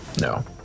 No